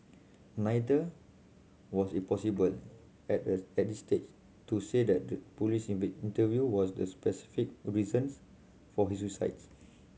neither was it possible at at this stage to say that the police interview was the specific reasons for his suicides